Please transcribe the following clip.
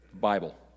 Bible